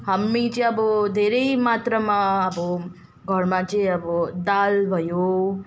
हामी चाहिँ अब धेरै मात्रामा अब घरमा चाहिँ अब दाल भयो